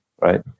Right